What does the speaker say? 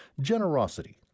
generosity